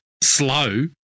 slow